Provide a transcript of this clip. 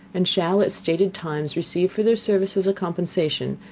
and shall, at stated times, receive for their services, a compensation,